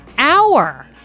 hour